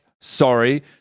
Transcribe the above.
sorry